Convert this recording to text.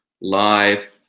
live